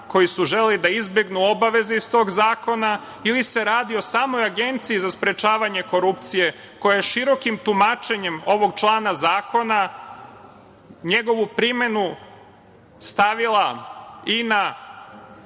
koji su želeli da izbegnu obaveze iz tog zakona ili se radi o samoj Agenciji za sprečavanje korupcije, koja je širokim tumačenjem ovog člana zakona, njegovu primenu stavila i na